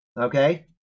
Okay